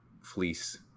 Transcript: fleece